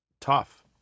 tough